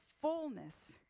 fullness